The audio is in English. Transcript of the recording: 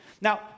Now